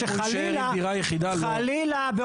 שחלילה,